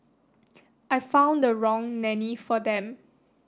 I found the wrong nanny for them